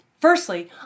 Firstly